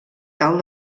tal